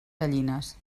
gallines